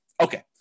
Okay